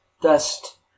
dust